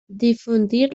difundir